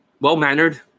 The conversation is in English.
well-mannered